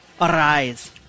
Arise